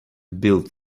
build